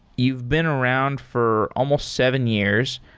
you've been around for almost seven years,